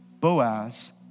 Boaz